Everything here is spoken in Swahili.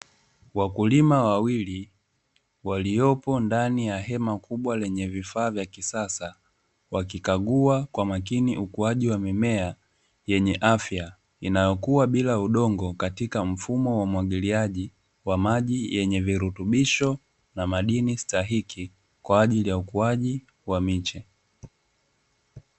Wakulima wawili, waliopo ndani ya hema kubwa lenye vifaa vya kisasa, wakikagua kwa makini ukuaji wa mimea yenye afya inayokuwa bila udongo katika mfumo wa umwagiliaji wa maji yenye virutubisho na madini stahiki kwa ajili ya ukuaji wa miche.